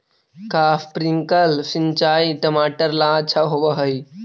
का स्प्रिंकलर सिंचाई टमाटर ला अच्छा होव हई?